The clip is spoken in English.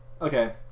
Okay